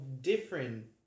different